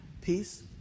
Peace